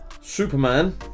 Superman